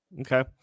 Okay